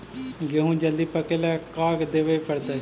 गेहूं जल्दी पके ल का देबे पड़तै?